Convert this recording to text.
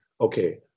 okay